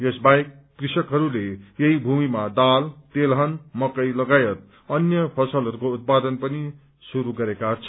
यस बाहेक कृषकहस्ले यक्षी भूमिमा दाल तेलहन मकै सगायत अन्य फसलहरूको उत्पादन पनि यहाँ श्रुरू गरेका छन्